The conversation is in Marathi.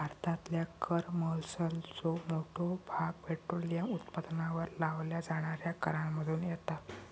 भारतातल्या कर महसुलाचो मोठो भाग पेट्रोलियम उत्पादनांवर लावल्या जाणाऱ्या करांमधुन येता